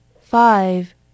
Five